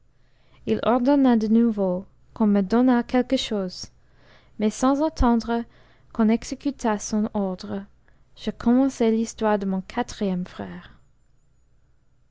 il ordonna de nouveau qu'on me donnât quelque chose mais sans attendre qu'on exécutât son ordre je commençai l'histoire de mon quatrième frère